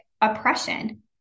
oppression